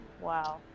Wow